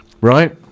Right